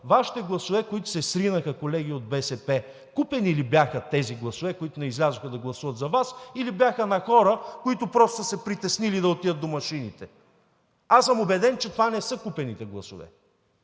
Вашите гласове, които се сринаха, колеги от БСП, купени ли бяха гласовете, които не излязоха да гласуват за Вас, или бяха на хора, които просто са се притеснили да отидат до машините? Аз съм убеден, че това не са купените гласове.